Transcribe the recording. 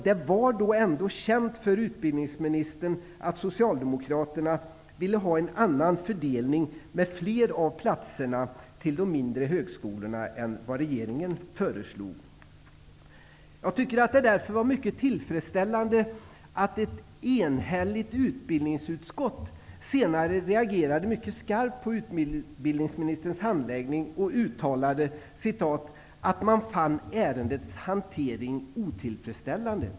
Det var ändå känt för utbildningsministern att Socialdemokraterna ville ha en annan fördelning än regeringen föreslog, med fler av platserna till de mindre högskolorna. Det var därför mycket tillfredsställande att ett enhälligt utbildningsutskott senare reagerade mycket skarpt på utbildningsministerns handläggning och uttalade att ''det fann ärendets hantering otillfredsställande''.